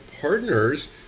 partners